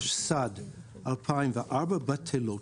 תשס"ד-2004 בטלות.